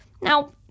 Now